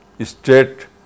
state